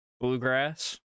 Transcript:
bluegrass